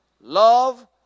love